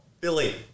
Billy